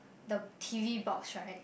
the t_v box right